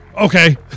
Okay